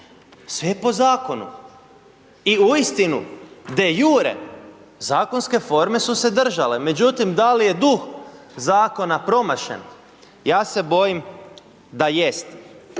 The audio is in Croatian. sve je po zakonu. I uistinu de jure, zakonske forme su se držale, međutim da li je duh zakona promašen ja se bojim da jest.